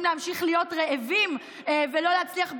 להמשיך להיות רעבים ולא להצליח בלימודים,